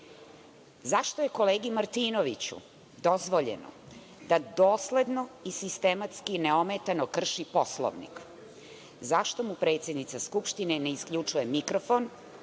je kolegi Martinoviću dozvoljeno da dosledno i sistematski, neometano krši Poslovnik? Zašto mu predsednica Skupštine ne isključuje mikrofon